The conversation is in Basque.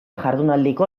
jardunaldiko